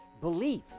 belief